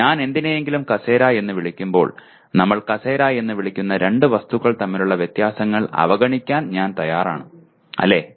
ഞാൻ എന്തിനെയെങ്കിലും കസേര എന്ന് വിളിക്കുമ്പോൾ നമ്മൾ കസേര എന്ന് വിളിക്കുന്ന രണ്ട് വസ്തുക്കൾ തമ്മിലുള്ള വ്യത്യാസങ്ങൾ അവഗണിക്കാൻ ഞാൻ തയ്യാറാണ് അല്ലേ